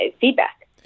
feedback